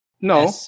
No